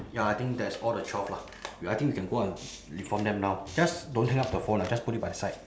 ya I think that is all the twelve lah wait I think we can go out and inform them now just don't hang up the phone ah just put it by the side